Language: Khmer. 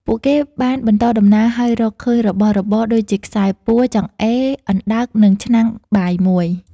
ពួកគេបានបន្តដំណើរ ហើយរកឃើញរបស់របរដូចជាខ្សែពួរ ចង្អេរ អណ្តើក និងឆ្នាំងបាយមួយ ។